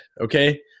Okay